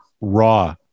raw